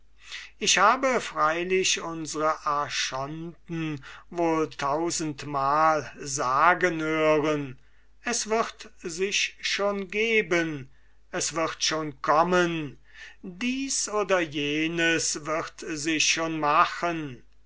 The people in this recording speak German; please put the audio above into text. ich habe freilich unsre archonten wohl tausendmal sagen hören es wird sich schon geben es wird schon kommen dies oder jenes wird sich schon machen